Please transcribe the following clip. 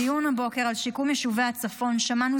בדיון הבוקר על שיקום יישובי הצפון שמענו